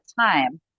time